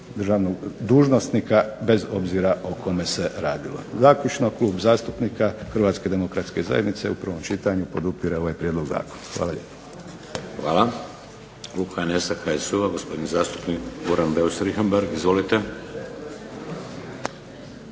državnog dužnosnika, bez obzira o kome se radilo. Zaključno, Klub zastupnika Hrvatske demokratske zajednice u prvom čitanju podupire ovaj prijedlog zakona. Hvala lijepo. **Šeks, Vladimir (HDZ)** Hvala. Klub HNS-a, HSU-a, gospodin zastupnik Goran Beus Richembergh. Izvolite.